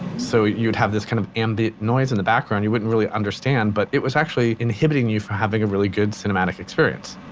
so you'd have this kind of ambient noise in the background you wouldn't really understand, but it was actually inhibiting you from having a really good cinematic experience